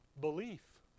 belief